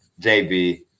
JB